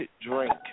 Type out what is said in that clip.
drink